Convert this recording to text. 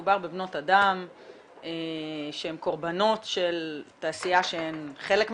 באמת מדובר בבנות אדם שהן קרבנות של תעשיה שהן חלק ממנה,